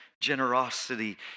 Generosity